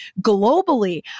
globally